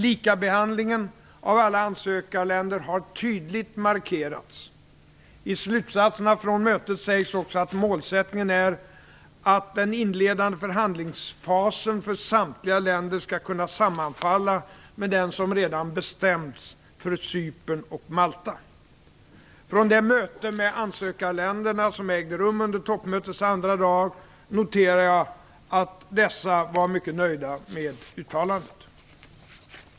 Likabehandlingen av alla ansökarländer har tydligt markerats. I slutsatserna från mötet sägs också att målsättningen är att den inledande förhandlingsfasen för samtliga länder skall kunna sammanfalla med den som redan bestämts för Cypern och Malta. Från det möte med ansökarländerna som ägde rum under toppmötets andra dag noterar jag att dessa var mycket nöjda med uttalandet.